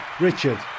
Richard